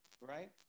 right